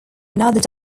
another